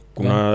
Kuna